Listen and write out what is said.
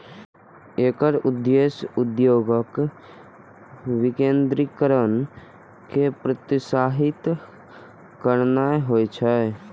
एकर उद्देश्य उद्योगक विकेंद्रीकरण कें प्रोत्साहित करनाय होइ छै